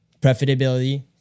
profitability